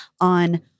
on